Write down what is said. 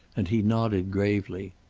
and he nodded gravely.